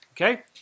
okay